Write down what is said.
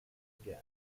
again